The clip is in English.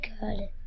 good